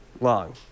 long